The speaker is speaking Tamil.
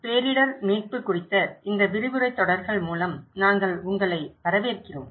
பேரிடர் மீட்பு குறித்த இந்த விரிவுரைத் தொடர்கள் மூலம் நாங்கள் உங்களை வரவேற்கிறோம்